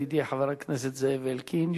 ידידי חבר הכנסת זאב אלקין,